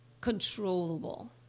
controllable